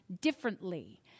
differently